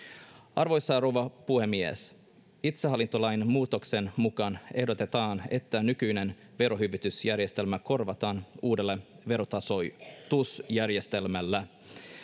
arvoisa rouva puhemies itsehallintolain muutoksen mukaan ehdotetaan että nykyinen verohyvitysjärjestelmä korvataan uudella verotasoitusjärjestelmällä